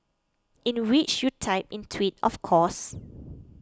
in which you typed in twit of course